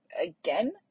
again